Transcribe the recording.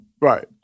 Right